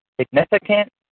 significant